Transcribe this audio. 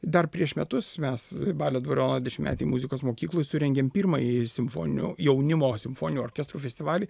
dar prieš metus mes balio dvariono dešimtmetėj muzikos mokykloj surengėm pirmąjį simfoninių jaunimo simfoninių orkestrų festivalį